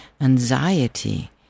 anxiety